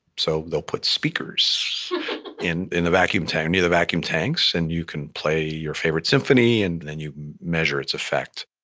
so they'll put speakers in the vacuum tanks, near the vacuum tanks, and you can play your favorite symphony and then you measure its effect.